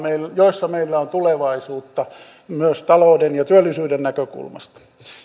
joissa meillä on tulevaisuutta myös talouden ja työllisyyden näkökulmasta